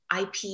ip